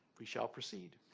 we shall proceed.